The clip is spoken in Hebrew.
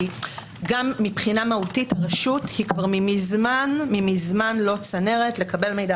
כי גם מבחינה מהותית רשות היא כבר מזמן לא צנרת לקבל מידע,